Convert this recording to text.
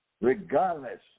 regardless